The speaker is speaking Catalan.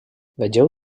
vegeu